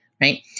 right